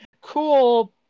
cool